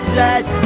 that